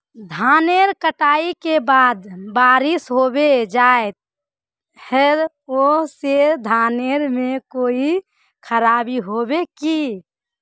धानेर कटाई के बाद बारिश होबे जाए है ओ से धानेर में कोई खराबी होबे है की?